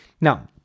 now